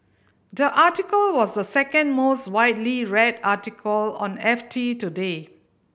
the article was the second most widely read article on F T today